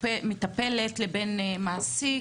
מטפלת לבין מעסיק